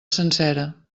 sencera